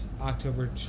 October